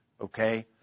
Okay